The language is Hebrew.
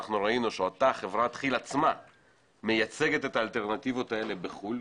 אנחנו ראינו שאותה חברת כי"ל עצמה מייצגת את האלטרנטיבות האלה בחו"ל,